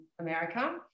america